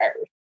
earth